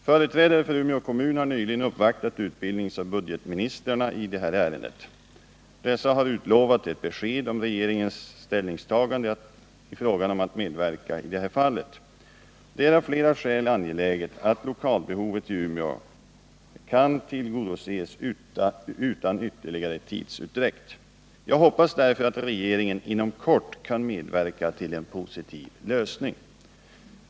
Företrädare för Umeå kommun har nyligen uppvaktat utbildningsministern och budgetoch ekonomiministern i detta ärende. Dessa har utlovat ett besked om regeringens ställningstagande i frågan om att medverka i det här fallet. Det är av flera skäl angeläget att lokalbehovet i Umeå kan tillgodoses utan ytterligare tidsutdräkt. Jag hoppas därför att regeringen inom kort kan medverka till en positiv lösning.